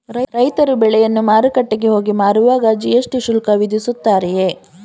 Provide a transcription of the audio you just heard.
ರೈತರು ಬೆಳೆಯನ್ನು ಮಾರುಕಟ್ಟೆಗೆ ಹೋಗಿ ಮಾರುವಾಗ ಜಿ.ಎಸ್.ಟಿ ಶುಲ್ಕ ವಿಧಿಸುತ್ತಾರೆಯೇ?